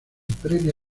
previa